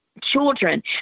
children